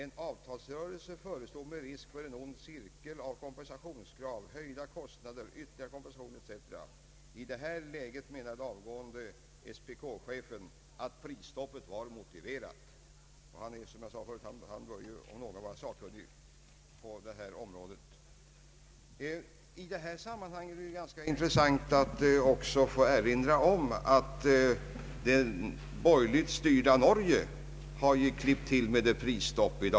En avtalsrörelse förestod med risk för en ond cirkel av kompensationskrav, höjda kostnader, ytterligare kompensation etc.” I detta läge menade den avgående SPK-chefen att prisstoppet var motiverat — och han bör, som jag sade, om någon vara sakkunnig på detta område. I detta sammanhang bör också erinras om att det borgerligt styrda Norge i dagarna klippt till med ett prisstopp.